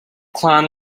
clan